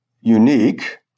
unique